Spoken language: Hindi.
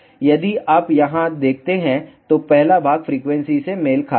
यदि आप यहां देखते हैं तो पहला भाग फ्रीक्वेंसी से मेल खाता है